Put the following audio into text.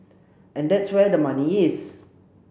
and that's where the money is